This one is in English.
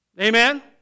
Amen